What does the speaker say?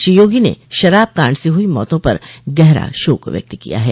श्री योगी ने शराब कांड से हुई मौतों पर गहरा शोक व्यक्त किया है